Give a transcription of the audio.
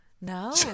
No